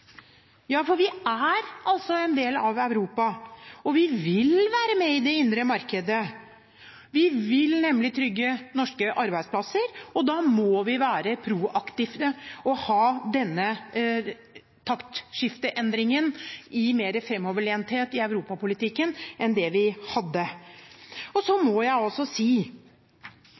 Vi er en del av Europa. Vi vil være med i det indre markedet. Vi vil nemlig trygge norske arbeidsplasser. Da må vi være proaktive og ha dette taktskiftet, denne endringen – være mer fremoverlent i europapolitikken enn det vi